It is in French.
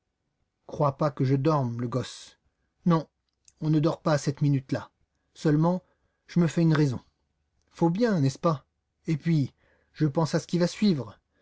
crois pas que je dorme le gosse non on ne dort pas à cette minute là seulement je me fais une raison faut bien n'est-ce pas et puis je pense à ce qui va suivre